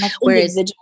whereas-